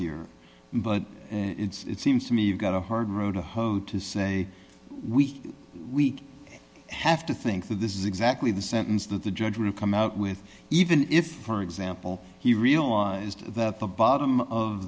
here but it's seems to me you've got a hard row to hoe to say we we have to think that this is exactly the sentence that the judge will come out with even if for example he realized that the bottom of